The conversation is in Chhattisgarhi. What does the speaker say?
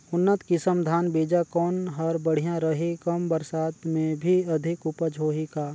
उन्नत किसम धान बीजा कौन हर बढ़िया रही? कम बरसात मे भी अधिक उपज होही का?